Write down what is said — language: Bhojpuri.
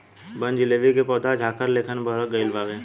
बनजीलेबी के पौधा झाखार लेखन बढ़ गइल बावे